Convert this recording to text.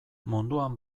munduan